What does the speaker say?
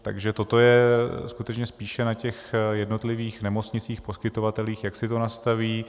Takže toto je skutečně spíše na těch jednotlivých nemocnicích, poskytovatelích, jak si to nastaví.